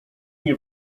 nie